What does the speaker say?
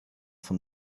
vom